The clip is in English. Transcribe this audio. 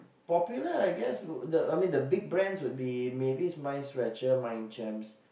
popular I guess the big brands would be maybe Mavis MindStretcher MindChamps